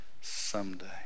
someday